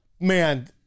man